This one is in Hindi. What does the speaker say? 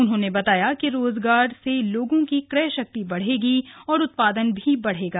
उन्होंने बताया कि रोजगार से लोगों की क्रय शक्ति बढ़ेगी व उत्पादन भी होगा